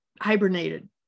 hibernated